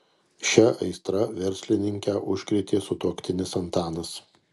šia aistra verslininkę užkrėtė sutuoktinis antanas